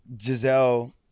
Giselle